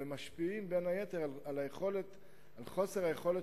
והם משפיעים בין היתר על חוסר היכולת